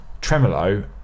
tremolo